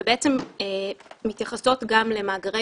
והם מבינים שצריך להשקיע ויש התייחסות מאוד מאוד גדולה לנושא של אבטחת